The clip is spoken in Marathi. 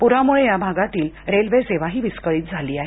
पुरामुळं या भागातील रेल्वे सेवाही विस्कळीत झाली आहे